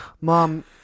Mom